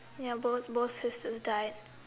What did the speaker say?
ya both both sisters died